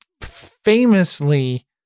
famously